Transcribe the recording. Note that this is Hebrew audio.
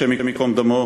השם ייקום דמו,